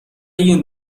این